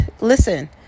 Listen